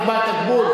מה, אתה תקבע את הגבול?